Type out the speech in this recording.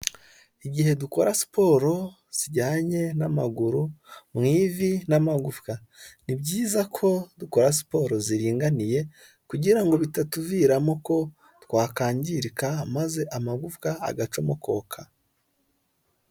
Igihe dukora siporo zijyanye n'amaguru, mu ivi n'amagufwa. Ni byiza ko dukora siporo ziringaniye, kugira ngo bitatuviramo ko twakangirika, maze amagufwa agacomokoka.